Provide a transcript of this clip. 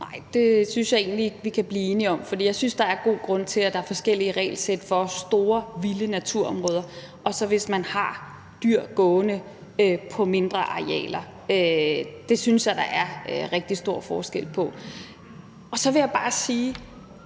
Nej, det synes jeg egentlig ikke vi kan blive enige om, for jeg synes, at der er god grund til, at der er forskellige regelsæt for store vilde naturområder og for det at have dyr gående på mindre arealer. Det synes jeg at der er rigtig stor forskel på. Så vil jeg bare sige,